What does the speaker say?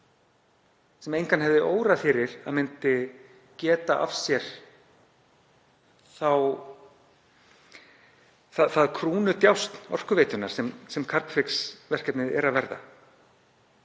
sem engan hafði órað fyrir að myndi geta af sér það krúnudjásn Orkuveitunnar sem Carbfix-verkefnið er að verða.